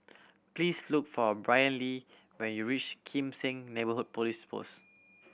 please look for Brynlee when you reach Kim Seng Neighbourhood Police Post